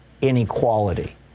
inequality